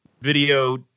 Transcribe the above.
video